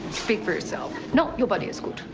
speak for yourself. you know everybody is good,